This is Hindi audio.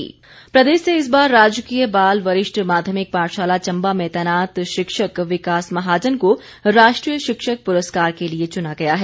अवार्ड प्रदेश से इस बार राजकीय बाल वरिष्ठ माध्यमिक पाठशाला चंबा में तैनात शिक्षक विकास महाजन को राष्ट्रीय शिक्षक पुरस्कार के लिए चुना गया है